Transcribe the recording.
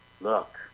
look